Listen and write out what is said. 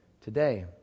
today